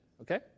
Okay